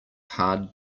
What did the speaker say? hard